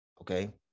Okay